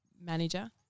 manager